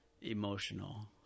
emotional